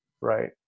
Right